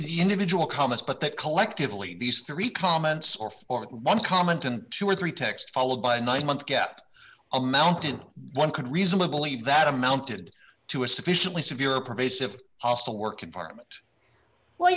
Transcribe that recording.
the individual comments but that collectively these three comments or for one comment and two or three text followed by a nine month get a mountain one could reasonably that amounted to a sufficiently severe pervasive hostile work environment w